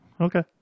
Okay